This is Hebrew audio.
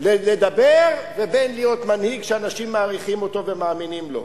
לדבר לבין להיות מנהיג שאנשים מעריכים אותו ומאמינים לו.